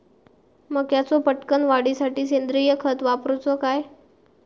मक्याचो पटकन वाढीसाठी सेंद्रिय खत वापरूचो काय?